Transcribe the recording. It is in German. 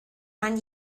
man